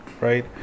right